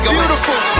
beautiful